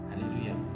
hallelujah